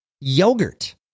yogurt